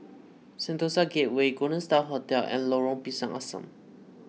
Sentosa Gateway Golden Star Hotel and Lorong Pisang Asam